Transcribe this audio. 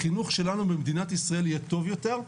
החינוך שלנו במדינת ישראל יהיה טוב יותר,